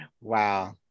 Wow